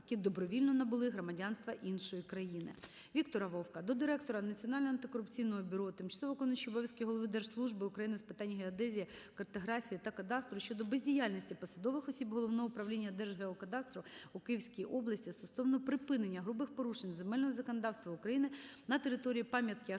які добровільно набули громадянство іншої країни. Віктора Вовка до Директора Національного антикорупційного бюро, тимчасово виконуючого обов'язки Голови Держслужби України з питань геодезії, картографії та кадастру щодо бездіяльності посадових осіб Головного управління Держгеокадастру у Київській області стосовно припинення грубих порушень земельного законодавства України на території пам'ятки археології